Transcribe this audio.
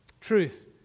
Truth